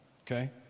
Okay